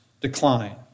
decline